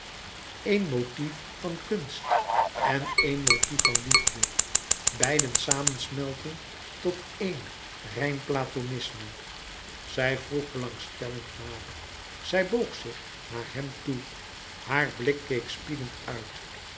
motief van kunst en een motief van liefde beide samensmeltend tot eén rein platonisme zij vroeg belangstellend nader zij boog zich naar hem toe haar blik keek spiedend uit